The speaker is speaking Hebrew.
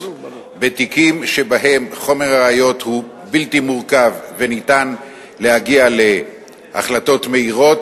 בתיקים שבהם חומר הראיות אינו מורכב ואפשר להגיע להחלטות מהירות,